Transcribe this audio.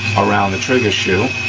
around the trigger shoe,